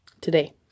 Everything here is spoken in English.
today